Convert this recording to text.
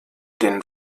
den